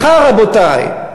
מחר, רבותי.